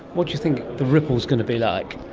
what do you think the ripple is going to be like?